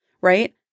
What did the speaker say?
right